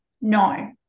No